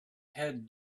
had